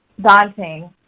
daunting